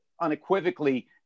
unequivocally